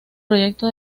proyecto